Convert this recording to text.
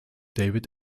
david